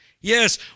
Yes